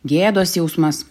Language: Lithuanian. gėdos jausmas